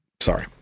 Sorry